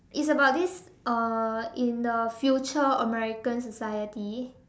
it's about this uh in the future american society